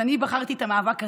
אני בחרתי את המאבק הזה,